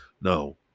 No